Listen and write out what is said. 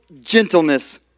gentleness